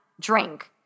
drink